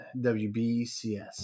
WBCS